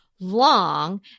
long